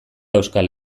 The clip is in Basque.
euskal